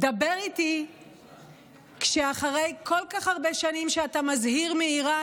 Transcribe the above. דבר איתי כשאחרי כל כך הרבה שנים שאתה מזהיר מאיראן,